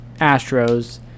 Astros